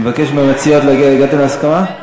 אני מבקש מהמציעות להגיע, הגעתן להסכמה?